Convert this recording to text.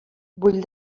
vull